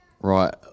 Right